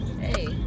Hey